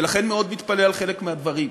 ולכן מאוד מתפלא על חלק מהדברים,